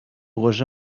gosa